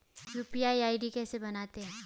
UPI ID कैसे बनाते हैं?